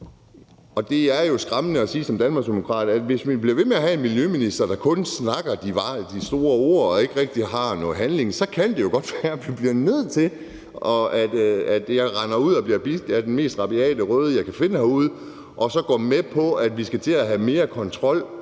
det er skræmmende som Danmarksdemokrat at skulle det – at hvis vi bliver ved med at have en miljøminister, der kun bruger store ord og ikke rigtig har noget handling bag, kan det jo godt være, at det bliver nødt til at være sådan, at jeg render ud og bliver bidt af den mest rabiate røde, jeg kan finde herude, og så går med på, at vi skal til at have mere kontrol